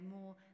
more